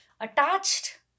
attached